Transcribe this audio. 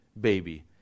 baby